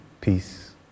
peace